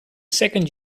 second